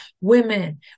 women